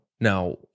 Now